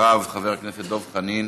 אחריו, חבר הכנסת דב חנין.